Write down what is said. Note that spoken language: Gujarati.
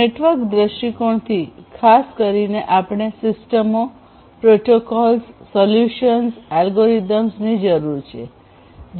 નેટવર્ક દૃષ્ટિકોણથી ખાસ કરીને આપણે સિસ્ટમો પ્રોટોકોલ્સ સોલ્યુશન્સ એલ્ગોરિધમ્સની જરૂર છે